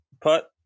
put